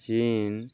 China